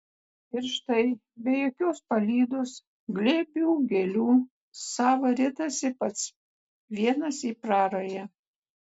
ir štai be jokios palydos glėbių gėlių sava ritasi pats vienas į prarają